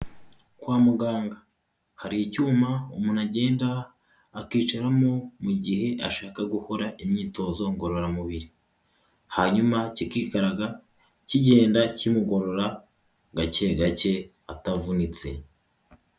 Kwa muganga. Hari icyuma umuntu agenda akicaramo, mu gihe ashaka gukora imyitozo ngororamubiri. Hanyuma kikikaraga, kigenda kimugorora gake gake, atavunitse.